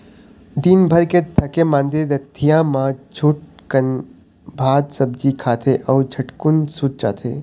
दिनभर के थके मांदे रतिहा मा झटकुन भात सब्जी खाथे अउ झटकुन सूत जाथे